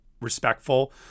respectful